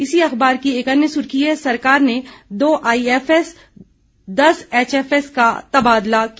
इसी अखबार की एक अन्य सुर्खी है सरकार ने दो आईएफएस दस एचएफएस का तबादला किया